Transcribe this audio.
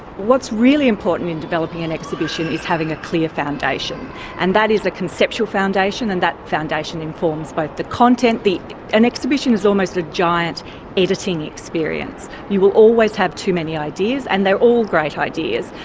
what's really important in developing an exhibition is having a clear foundation and that is a conceptual foundation and that foundation informs both the content, an exhibition is almost a giant editing experience. you will always have too many ideas, and they're all great ideas,